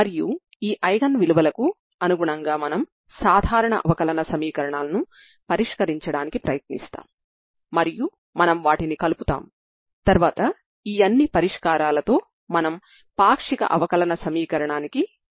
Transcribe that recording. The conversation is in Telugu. కాబట్టి అన్ని సమయాలలో స్ట్రింగ్ యొక్క వైబ్రేషన్ ఎలా ఉంటుందో మనం చూస్తాము